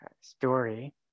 story